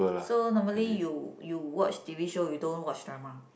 so normally you you watch T_V show you don't know watch drama